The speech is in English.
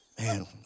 man